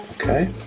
Okay